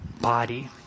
Body